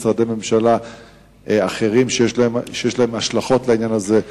משרדי ממשלה אחרים שיש להם השלכות לעניין הזה?